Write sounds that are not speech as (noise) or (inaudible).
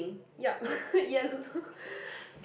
yup (breath) yellow (laughs)